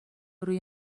روی